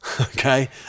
Okay